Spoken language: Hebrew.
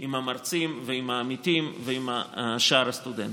עם המרצים ועם העמיתים ועם שאר הסטודנטים.